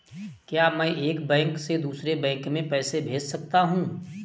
क्या मैं एक बैंक से दूसरे बैंक में पैसे भेज सकता हूँ?